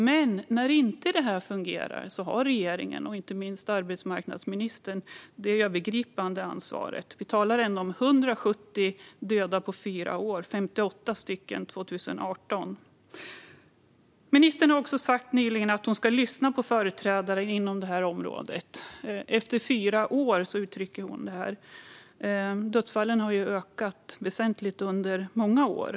Men när detta inte fungerar har regeringen och inte minst arbetsmarknadsministern det övergripande ansvaret. Vi talar om 170 döda på 4 år, varav 58 stycken 2018. Ministern har nyligen sagt att hon ska lyssna på företrädare inom detta område. Efter fyra år uttrycker hon det. Antalet dödsfall har ökat väsentligt under många år.